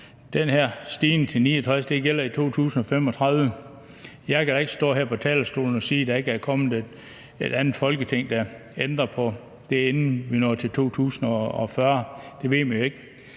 stigning til 69 år gælder i 2035. Jeg kan ikke stå her på talerstolen og sige, at der ikke er kommet et andet Folketing, der ændrer på det, inden vi når til 2040. Det ved man jo ikke.